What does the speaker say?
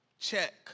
Check